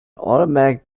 automatic